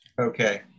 Okay